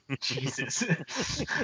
Jesus